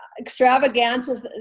extravagances